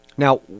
Now